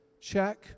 check